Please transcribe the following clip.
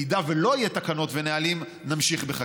אם לא יהיו תקנות ונהלים, נמשיך בחקיקה,